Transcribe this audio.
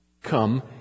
Come